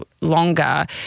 longer